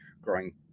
growing